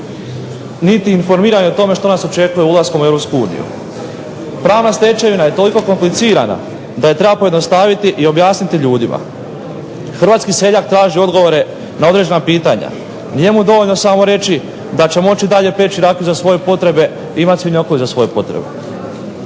niti informirani o tome što nas očekuje ulaskom u Europsku uniju. Pravna stečevina je toliko komplicirana da je treba pojednostaviti i objasniti ljudima. Hrvatski seljak traži odgovore na određena pitanja, nije mu dovoljno samo reći da će moći dalje peči rakiju za svoje potrebe i imati svinjokolju za svoje potrebe.